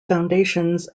foundations